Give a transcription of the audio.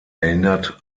erinnert